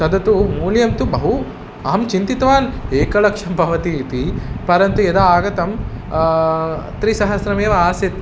तद् तु मूल्यं तु बहु अहं चिन्तितवान् एकलक्षं भवति इति परन्तु यदा आगतं त्रिसहस्रमेव आसीत्